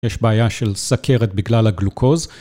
יש בעיה של סכרת בגלל הגלוקוז.